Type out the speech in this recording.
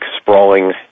sprawling